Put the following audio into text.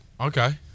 Okay